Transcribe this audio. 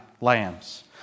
lambs